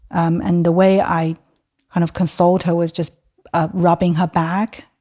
um and the way i kind of consoled her was just ah rubbing her back.